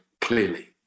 clearly